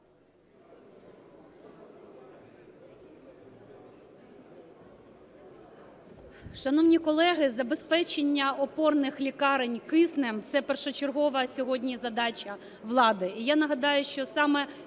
Шановні колеги, забезпечення опорних лікарень киснем – це першочергова сьогодні задача влади.